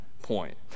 point